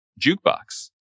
jukebox